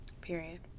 Period